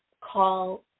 call